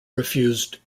refused